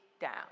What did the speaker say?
down